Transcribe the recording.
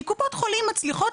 כי קופת חולים מצליחות,